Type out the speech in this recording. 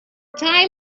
time